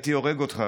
הייתי הורג אותך,